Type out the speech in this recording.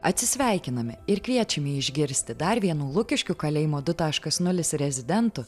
atsisveikiname ir kviečiame išgirsti dar vienų lukiškių kalėjimo du taškas nulis rezidentų